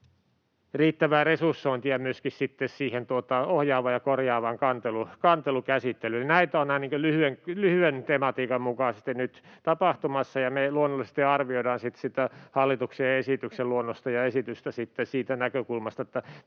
riittävää resursointia myöskin siihen ohjaavaan ja korjaavaan kanteluiden käsittelyyn. Näitä on ainakin lyhyen tematiikan mukaisesti nyt tapahtumassa, ja me luonnollisesti arvioidaan sitten sitä hallituksen esityksen luonnosta ja esitystä siitä näkökulmasta,